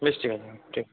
বেশ ঠিক আছে ম্যাম ঠিক